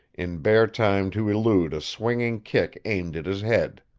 in bare time to elude a swinging kick aimed at his head.